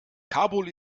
kabul